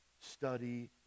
study